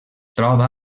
troba